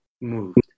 moved